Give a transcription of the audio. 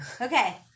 Okay